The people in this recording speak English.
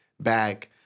back